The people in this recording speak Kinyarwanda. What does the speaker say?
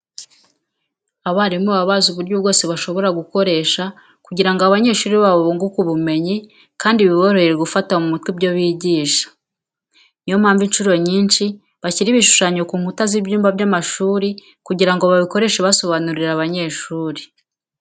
Abarimu baba bazi uburyo bwose bashobora gukoresha kugira ngo abanyeshuri babo bunguke ubumenyi kandi biborohere gufata mu mutwe ibyo bigisha. Niyo mpamvu incuro nyinshi bashyira ibishushanyo ku nkuta z'ibyumba by'amashuri kugira ngo babikoreshe basobanurira abanyeshuri.